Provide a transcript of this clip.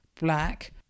black